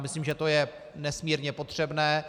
Myslím, že to je nesmírně potřebné.